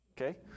Okay